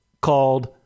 called